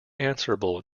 answerable